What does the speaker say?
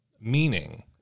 meaning